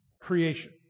creation